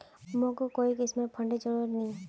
मोक कोई किस्मेर फंडेर जरूरत नी